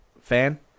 fan